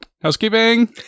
housekeeping